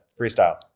Freestyle